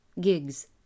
gigs